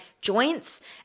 joints